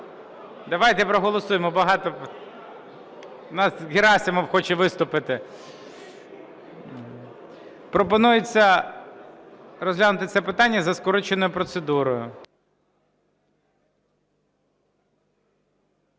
Давайте проголосуємо, багато… В нас Герасимов хоче виступити. Пропонується розглянути це питання за скороченою процедурою.